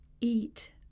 eat